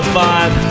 five